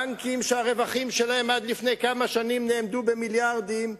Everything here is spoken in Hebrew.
בנקים שהרווחים שלהם עד לפני כמה שנים נאמדו במיליארדים,